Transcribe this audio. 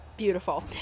Beautiful